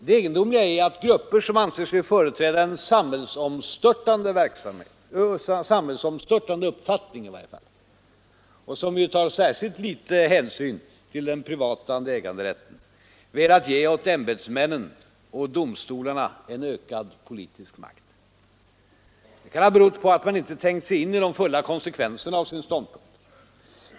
Det egendomliga är att grupper som anser sig företräda en samhällsomstörtande uppfattning, som tar särskilt litet hänsyn till den privata äganderätten, velat ge åt ämbetsmännen och domstolarna en ökad politisk makt. Det kan ha berott på att man inte tänkt sig in i de fulla konsekvenserna av sin ståndpunkt.